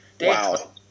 Wow